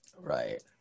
Right